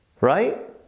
right